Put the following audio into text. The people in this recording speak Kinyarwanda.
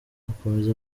akomeza